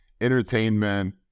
entertainment